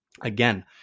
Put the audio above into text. Again